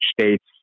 states